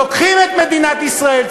לוקחים את מדינת ישראל,